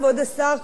כבוד השר,